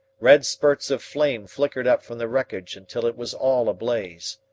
red spurts of flame flickered up from the wreckage until it was all ablaze.